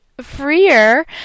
freer